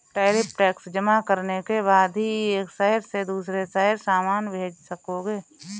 tariff tax जमा करने के बाद ही एक शहर से दूसरे शहर सामान भेज सकोगे